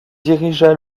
dirigea